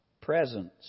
presence